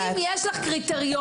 האם יש לך קריטריונים,